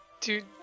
Dude